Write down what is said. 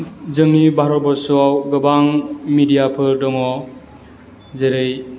जोंनि भारतबर्सआव गोबां मिडियाफोर दङ जेरै